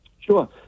Sure